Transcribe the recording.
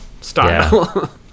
style